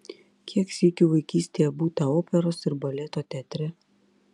kiek sykių vaikystėje būta operos ir baleto teatre